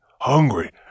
hungry